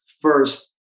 first